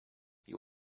you